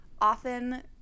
often